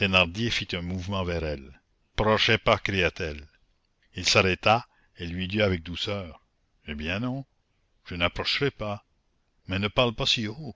un mouvement vers elle prochez pas cria-t-elle il s'arrêta et lui dit avec douceur eh bien non je n'approcherai pas mais ne parle pas si